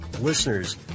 Listeners